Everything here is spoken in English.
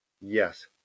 Yes